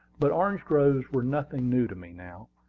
but orange groves were nothing new to me now,